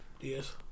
Yes